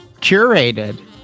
curated